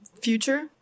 future